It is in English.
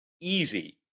easy